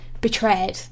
betrayed